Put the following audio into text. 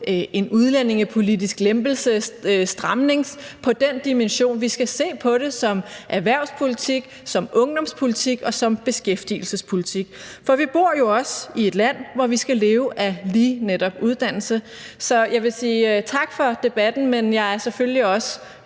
en udlændingepolitisk lempelsesstramning på den dimension; vi skal se på det som erhvervspolitik, som ungdomspolitik og som beskæftigelsespolitik, for vi bor jo også i et land, hvor vi skal leve af lige netop uddannelse. Så jeg vil sige tak for debatten, men jeg er selvfølgelig også